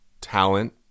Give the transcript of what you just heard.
talent